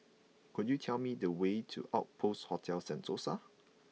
could you tell me the way to Outpost Hotel Sentosa